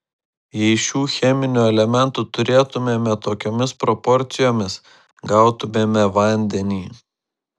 jei šių cheminių elementų turėtumėme tokiomis proporcijomis gautumėme vandenį